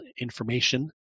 information